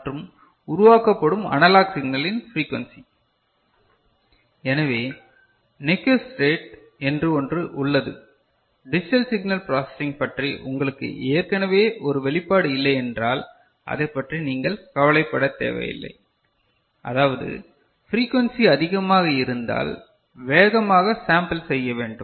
மற்றும் உருவாக்கப்படும் அனலாக் சிக்னலின் பிரக்கியன்ஸி எனவே நிக்விஸ்ட் ரேட் என்று ஒன்று உள்ளது டிஜிட்டல் சிக்னல் பிராசசிங் பற்றி உங்களுக்கு ஏற்கனவே ஒரு வெளிப்பாடு இல்லையென்றால் அதைப் பற்றி நீங்கள் கவலைப்படத் தேவையில்லை அதாவது பிரீகுவேன்ஸி அதிகமாக இருந்தால் வேகமாக சாம்பல் செய்ய வேண்டும்